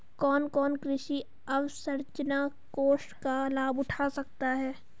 कौन कौन कृषि अवसरंचना कोष का लाभ उठा सकता है?